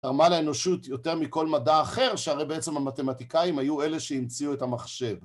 תרמה לאנושות יותר מכל מדע אחר, שהרי בעצם המתמטיקאים היו אלה שהמציאו את המחשב.